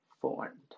formed